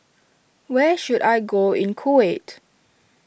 where should I go in Kuwait